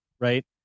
Right